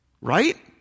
right